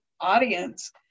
audience